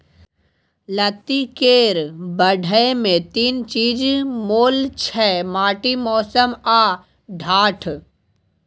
लत्ती केर बढ़य मे तीन चीजक मोल छै माटि, मौसम आ ढाठ